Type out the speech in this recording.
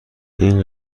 این